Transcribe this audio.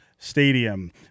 Stadium